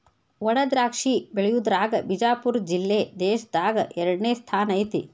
ವಣಾದ್ರಾಕ್ಷಿ ಬೆಳಿಯುದ್ರಾಗ ಬಿಜಾಪುರ ಜಿಲ್ಲೆ ದೇಶದಾಗ ಎರಡನೇ ಸ್ಥಾನ ಐತಿ